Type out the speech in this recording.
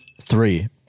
three